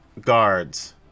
guards